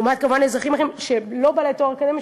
לעומת אזרחים אחרים שאינם בעלי תואר אקדמי,